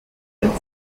der